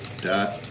dot